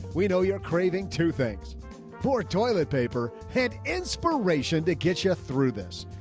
we know you're craving two things for toilet paper. hit inspiration that gets you through this.